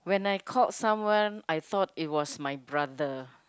when I call someone I thought it was my brother